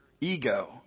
ego